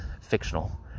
fictional